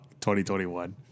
2021